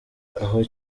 aho